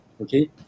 okay